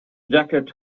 jacket